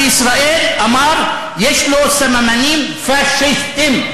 בישראל אמר: יש לו סממנים פאשיסטיים.